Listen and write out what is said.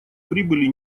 прибыли